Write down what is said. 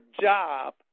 job